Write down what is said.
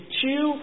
two